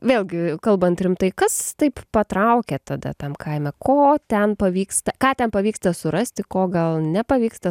vėlgi kalbant rimtai kas taip patraukė tada tam kaime ko ten pavyksta ką ten pavyksta surasti ko gal nepavyksta